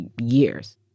years